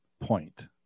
point